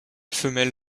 femelle